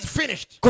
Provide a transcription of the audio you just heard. finished